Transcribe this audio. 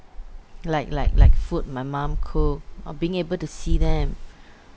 like like like food my mum cook or being able to see them